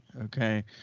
Okay